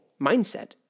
mindset